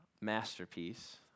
masterpiece